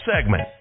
segment